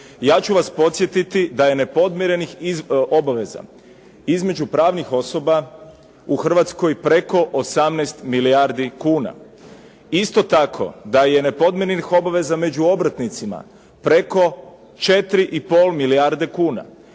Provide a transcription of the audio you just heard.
Ja ću vas podsjetiti da je nepodmirenih obaveza između pravnih osoba u Hrvatskoj preko 18 milijardi kuna, isto tako da je nepodmirenih obaveza među obrtnicima preko 4,5 milijarde kuna.